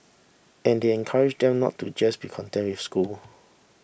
and they encourage them not to just be content with the school